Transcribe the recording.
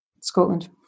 Scotland